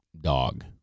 dog